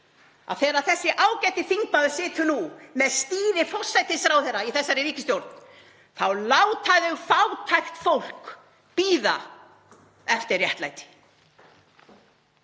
að þegar þessi ágæti þingmaður situr nú við stýri forsætisráðherra í þessari ríkisstjórn þá láta þau fátækt fólk bíða eftir réttlæti.